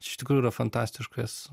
iš tikrųjų yra fantastiškas